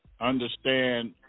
understand